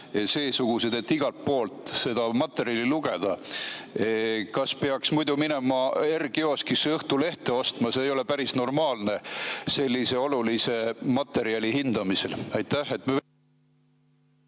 seesugused, et igalt poolt seda materjali lugeda. Kas peaks muidu minema R-kioskisse Õhtulehte ostma? See ei ole päris normaalne sellise olulise materjali hindamisel. Aitäh!